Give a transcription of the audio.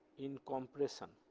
in compression.